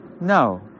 no